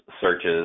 searches